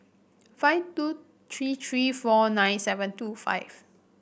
five two three three four nine seven two five